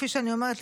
כפי שאני אומרת,